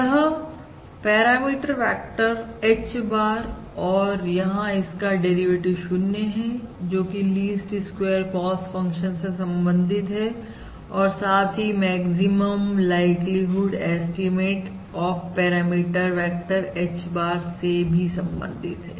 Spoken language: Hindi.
यह पैरामीटर वेक्टर H bar और यहां इसका डेरिवेटिव 0 है जोकि लीस्ट स्क्वेयर कॉस्ट फंक्शन से संबंधित है और साथ ही maximum likelihood estimate of parameter vector H bar से भी संबंधित है